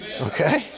Okay